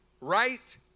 right